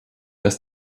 dass